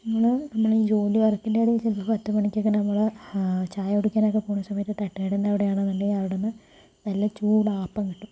അങ്ങനെ നമ്മള് ഈ ജോലിഭാരത്തിൻ്റെ ഇടയില് ചിലപ്പോൾ പത്ത് മണിക്കൊക്കെ നമ്മള് ചായ കുടിക്കാനൊക്കെ പോകുന്ന സമയത്ത് തട്ടുകടയിൽനിന്ന് അവിടെയാണ് എന്നുണ്ടെങ്കിൽ അവിടുന്ന് നല്ല ചൂട് അപ്പം കിട്ടും